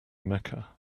mecca